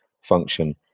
function